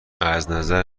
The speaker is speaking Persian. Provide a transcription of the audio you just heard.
ازنظر